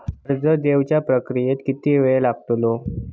कर्ज देवच्या प्रक्रियेत किती येळ लागतलो?